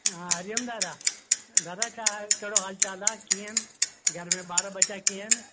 हा हरिओम दादा दादा छा हालु कहिड़ो हालु चाल आहे कीअं आहिनि घर में ॿार बचा कीअं आहिनि